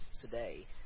today